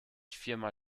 firma